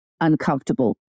uncomfortable